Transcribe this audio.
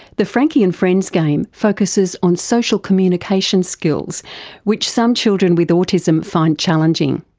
the frankie and friends game focuses on social communication skills which some children with autism find challenging.